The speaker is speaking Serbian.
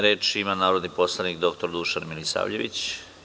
Reč ima narodni poslanik dr Dušan Milisavljević.